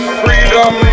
freedom